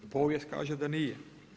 Povijest kaže da nije.